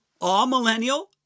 all-millennial